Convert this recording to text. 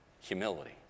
humility